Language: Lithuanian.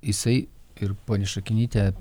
jisai ir ponia šakenytė